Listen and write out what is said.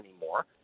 anymore